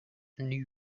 new